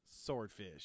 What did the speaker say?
Swordfish